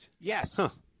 Yes